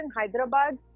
Hyderabad